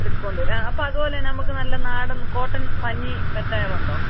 discount വരും ആ അപ്പോള് അതുപോലെ നമുക്ക് നല്ല നാടൻ കോട്ടൻ പഞ്ഞി മെത്തകളുണ്ടോ